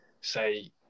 say